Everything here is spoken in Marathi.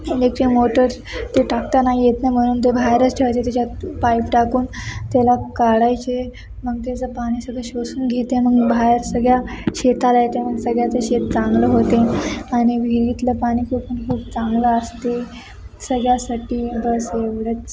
इलेक्ट्रिक मोटर ती टाकता नाही येत ना म्हणून ते बाहेरच ठेवायचे त्याच्यात पाईप टाकून त्याला काढायचे मग त्याचं पाणी सगळं शोषून घेते मग बाहेर सगळ्या शेताला येते मग सगळ्याचं शेत चांगलं होते आणि विहिरीतलं पाणी खपून खूप चांगलं असते सगळ्यासाठी बस एवढंच